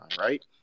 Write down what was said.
right